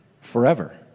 Forever